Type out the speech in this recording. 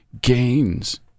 gains